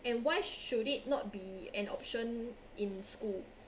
and why should it not be an option in school